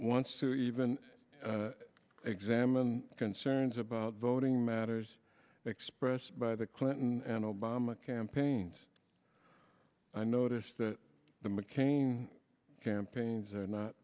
wants to even examine concerns about voting matters expressed by the clinton and obama campaigns i notice that the mccain campaigns are not